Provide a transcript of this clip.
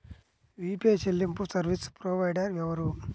UPI చెల్లింపు service provider ఎవరు?